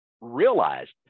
realized